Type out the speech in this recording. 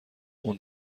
اون